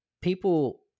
People